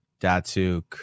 Datsuk